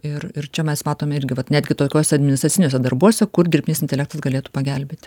ir ir čia mes matome irgi vat netgi tokiuose administraciniuose darbuose kur dirbtinis intelektas galėtų pagelbėti